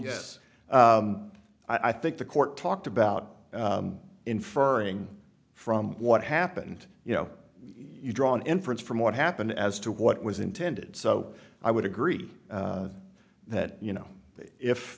yes i think the court talked about inferring from what happened you know you draw an inference from what happened as to what was intended so i would agree that you know if